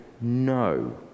no